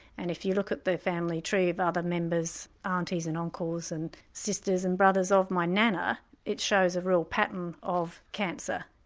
and if you look at the family tree of other members, aunties and uncles and sisters and brothers of my nana it shows a real pattern of cancer,